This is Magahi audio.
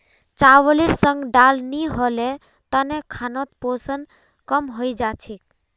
चावलेर संग दाल नी होल तने खानोत पोषण कम हई जा छेक